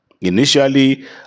Initially